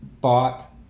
bought